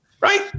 Right